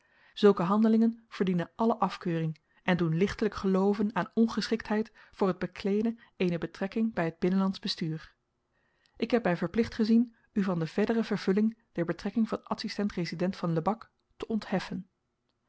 zulke handelingen verdienen alle afkeuring en doen lichtelijk gelooven aan ongeschiktheid voor het bekleeden eene betrekking bij het binnenlandsch bestuur ik heb mij verplicht gezien u van de verdere vervulling der betrekking van adsistent resident van lebak te ontheffen